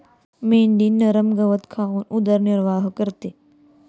मेंढी नरम गवत खाऊन उदरनिर्वाह करते